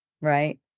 right